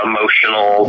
Emotional